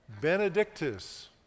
benedictus